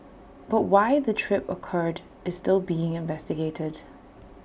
but why the trip occurred is still being investigated